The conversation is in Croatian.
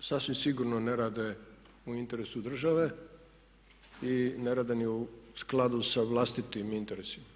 sasvim sigurno ne rade u interesu države i ne rade ni u skladu sa vlastitim interesima.